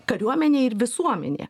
kariuomenė ir visuomenė